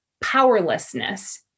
powerlessness